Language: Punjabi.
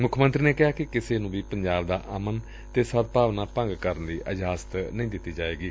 ਮੁੱਖ ਮੰਤਰੀ ਨੇ ਕਿਹਾ ਕਿ ਕਿਸੇ ਨੰ ਵੀ ਪੰਜਾਬ ਦਾ ਅਮਨ ਅਤੇ ਸਦਭਾਵਨਾ ਭੰਗ ਕਰਨ ਦੀ ਇਜਾਜ਼ਤ ਨਹੀ ਦਿੱਤੀ ਜਾਏਗੀ